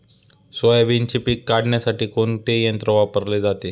सोयाबीनचे पीक काढण्यासाठी कोणते यंत्र वापरले जाते?